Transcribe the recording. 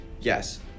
Yes